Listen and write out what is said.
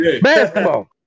Basketball